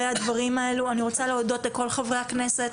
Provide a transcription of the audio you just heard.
אני רוצה להודות לכל חברי הכנסת,